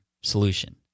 solution